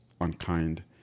unkind